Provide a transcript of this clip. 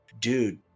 dude